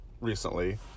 recently